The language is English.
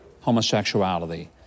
homosexuality